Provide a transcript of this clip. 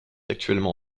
actuellement